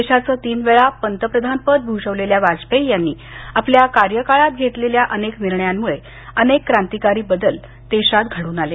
देशाचं तीन वेळा पंतप्रधानपद भूषवलेल्या वाजपेयी यांनी आपल्या कार्यकालात घेतलेल्या निर्णयामुळे अनेक क्रांतिकारी बदल घडून आले